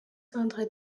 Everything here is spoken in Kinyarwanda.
sandra